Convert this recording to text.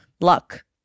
Luck